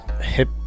Hip